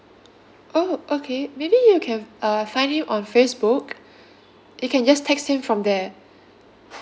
oh okay maybe you can uh find him on Facebook you can just text him from there